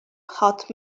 hot